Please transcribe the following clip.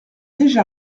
déjà